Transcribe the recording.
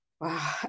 Wow